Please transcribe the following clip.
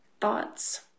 thoughts